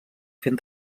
fent